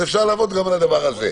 אז אפשר לעבוד גם על הדבר הזה.